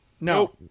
No